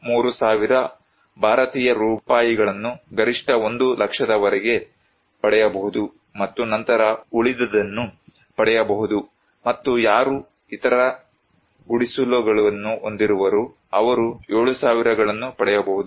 3000 ಭಾರತೀಯ ರೂಪಾಯಿಗಳನ್ನು ಗರಿಷ್ಠ 1 ಲಕ್ಷದವರೆಗೆ ಪಡೆಯಬಹುದು ಮತ್ತು ನಂತರ ಉಳಿದದ್ದನ್ನು ಪಡೆಯಬಹುದು ಮತ್ತು ಯಾರು ಇತರ ಗುಡಿಸಲುಗಳನ್ನು ಹೊಂದಿರುವವರು ಅವರು 7000 ಗಳನ್ನು ಪಡೆಯಬಹುದು